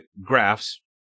graphs